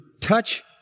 touch